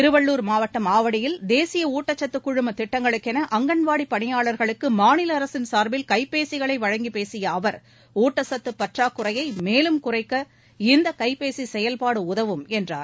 திருவள்ளூர் மாவட்டம் ஆவடியில் தேசிய ஊட்டச்சத்து குழும திட்டங்களுக்கென அங்கன்வாடி பணியாளர்களுக்கு மாநில அரசின் சார்பில் கைபேசிகளை வழங்கிப் பேசிய அவர் ஊட்டச்சத்துப் பற்றாக்குறையை மேலும் குறைக்க இந்த கைபேசி செயல்பாடு உதவும் என்றார்